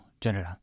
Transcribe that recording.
General